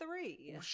three